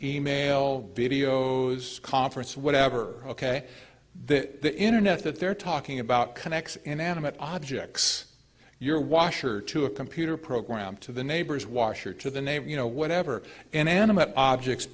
e mail videos conference whatever ok the internet that they're talking about connects inanimate objects your washer to a computer program to the neighbor's washer to the neighbor you know whatever and animate objects